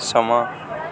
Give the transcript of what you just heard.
समां